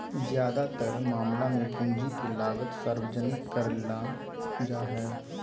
ज्यादातर मामला मे पूंजी के लागत सार्वजनिक करले जा हाई